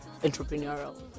entrepreneurial